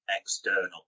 external